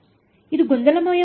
ಇದು ಗೊಂದಲಮಯವಾಗಿದೆಯೇ